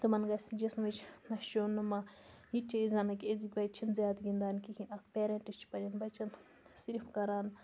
تِمَن گَژھِ جِسمٕچ نشونُما یہِ چھِ أسۍ زانان کہِ أزِکۍ بَچہٕ چھِ نہٕ زیادٕ گِنٛدان کِہیٖنۍ اکھ پیرَنٹس چھِ پَننیٚن بَچَن صرف کَران